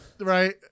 Right